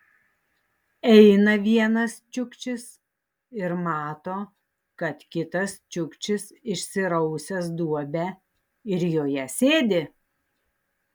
eina vienas čiukčis ir mato kad kitas čiukčis išsirausęs duobę ir joje sėdi